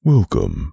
Welcome